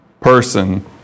person